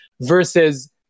versus